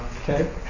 Okay